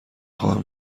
خواهم